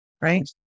right